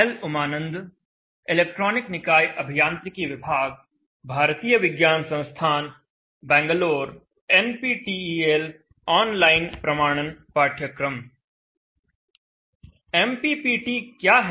MPPT क्या है